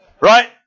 Right